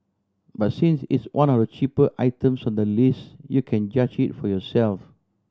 but since it's one of the cheaper items on the list you can judge it for yourself